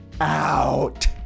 out